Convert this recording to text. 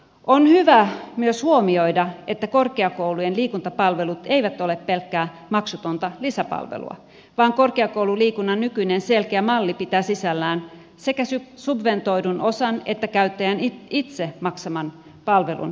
on hyvä myös huomioida että korkeakoulujen liikuntapalvelut eivät ole pelkkää maksutonta lisäpalvelua vaan korkeakoululiikunnan nykyinen selkeä malli pitää sisällään sekä subventoidun osan että käyttäjän itse maksaman palvelun käyttömaksun